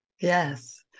Yes